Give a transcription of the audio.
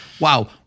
wow